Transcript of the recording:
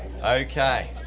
Okay